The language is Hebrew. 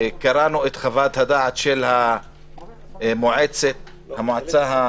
קראנו את חוות הדעת של המועצה הציבורית.